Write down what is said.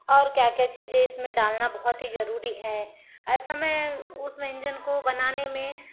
और क्या क्या चीज़ें इसमें डालना बहुत ही जरूरी है ऐसे मैं उस व्यंजन को बनाने में